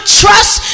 trust